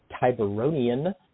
Tiberonian